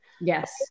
Yes